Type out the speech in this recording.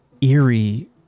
eerie